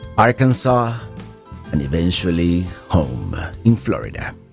arkansas and eventually home in florida.